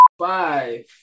Five